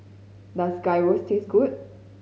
does Gyros taste good